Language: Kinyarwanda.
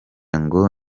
ngo